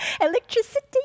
Electricity